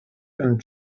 and